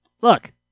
look